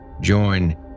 Join